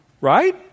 Right